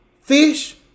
fish